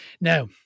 Now